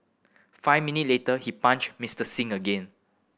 five minute later he punched Mister Singh again